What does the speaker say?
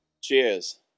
Cheers